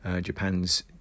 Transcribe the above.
Japan's